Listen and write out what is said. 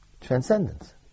transcendence